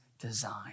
design